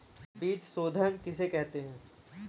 बीज शोधन किसे कहते हैं?